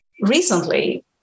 recently